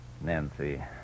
Nancy